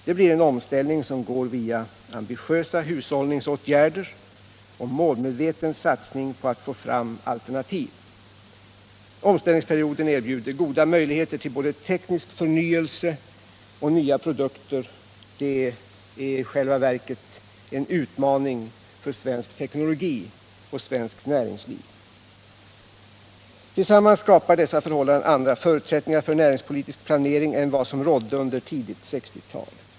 Det blir en omställning som går via ambitiösa hushållningsåtgärder och målmedveten satsning på att få fram alternativ. Omställningsperioden erbjuder goda möjligheter till både teknisk förnyelse och nya produkter, i själva verket en utmaning för svensk teknologi och svenskt näringsliv. Tillsammans skapar dessa förhållanden andra förutsättningar för näringspolitisk planering än vad som rådde under tidigt 60-tal.